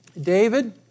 David